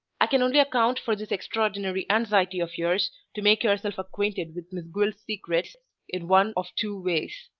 i can only account for this extraordinary anxiety of yours to make yourself acquainted with miss gwilt's secrets, in one of two ways.